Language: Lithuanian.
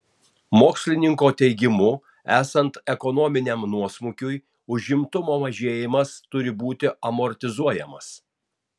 mokslininko teigimu esant ekonominiam nuosmukiui užimtumo mažėjimas turi būti amortizuojamas